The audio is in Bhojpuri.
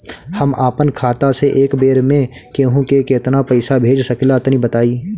हम आपन खाता से एक बेर मे केंहू के केतना पईसा भेज सकिला तनि बताईं?